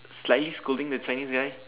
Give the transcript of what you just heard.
slightly scolding the Chinese guy